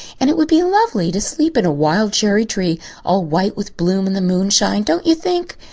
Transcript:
and it would be lovely to sleep in a wild cherry-tree all white with bloom in the moonshine, don't you think?